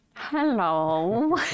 hello